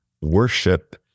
worship